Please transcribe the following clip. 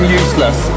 useless